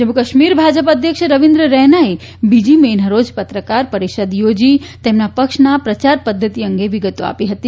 જમ્મુ કાશ્મીર ભાજપ અધ્યક્ષ રવિન્દ્ર રૈના એ બીજી મે ના રોજ પત્રકાર પરિષદ યોજી તેમના પક્ષના પ્રચાર પદ્ધતિ અંગે વિગતો આપી હતી